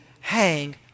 hang